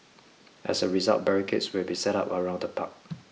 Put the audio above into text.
as a result barricades will be set up around the park